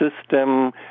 system